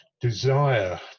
desire